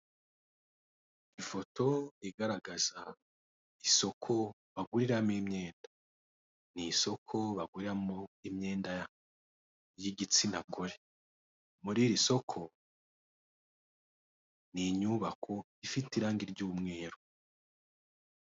Ifoto igaragaza isoko baguriramo imyenda, ni isoko baguriramo imyenda y'igitsina gore muri iri soko ni inyubako ifite irangi ry'umweru.